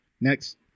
Next